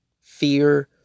fear